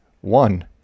one